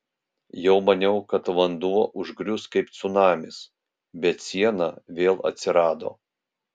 jau maniau kad vanduo užgrius kaip cunamis bet siena vėl atsirado